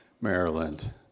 Maryland